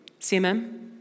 CMM